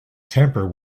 temper